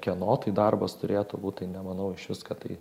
kieno tai darbas turėtų būt tai nemanau išvis kad tai